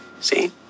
See